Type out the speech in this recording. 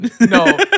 No